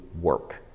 work